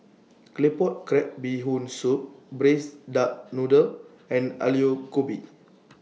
Claypot Crab Bee Hoon Soup Braised Duck Noodle and Aloo Gobi